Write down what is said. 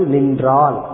Nindral